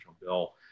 bill